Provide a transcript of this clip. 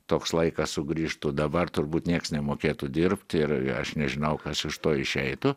toks laikas sugrįžtų dabar turbūt nieks nemokėtų dirbti ir aš nežinau kas iš to išeitų